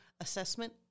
assessment